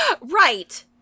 Right